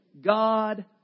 God